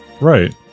Right